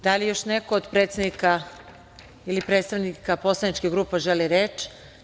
Da li još neko od predsednika ili predstavnika poslaničkih grupa želi reč?